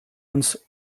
uns